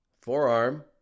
Forearm